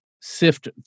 sift